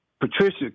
Patricia